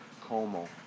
Como